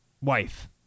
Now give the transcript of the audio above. wife